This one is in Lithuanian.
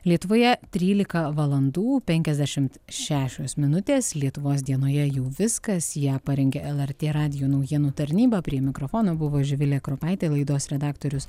lietuvoje trylika valandų penkiasdešim šešios minutės lietuvos dienoje jau viskas ją parengė lrt radijo naujienų tarnyba prie mikrofono buvo živilė kropaitė laidos redaktorius